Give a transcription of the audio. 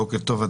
בוקר טוב.